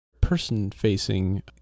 person-facing